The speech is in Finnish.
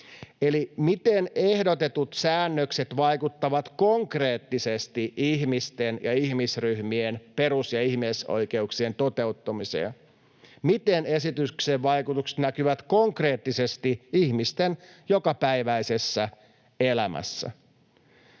miten ehdotetut säännökset vaikuttavat konkreettisesti ihmisten ja ihmisryhmien perus‑ ja ihmisoikeuksien toteuttamiseen ja miten esityksen vaikutukset näkyvät konkreettisesti ihmisten jokapäiväisessä elämässä.